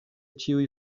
ĉiuj